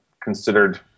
considered